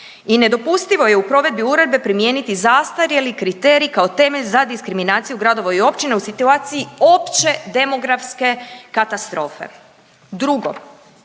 I nedopustivo je u provedbi uredbe primijeniti zastarjeli kriterij kao temelj za diskriminaciju gradova i općina u situaciji opće demografske katastrofe. Drugo.